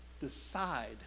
decide